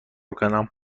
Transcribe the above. کنم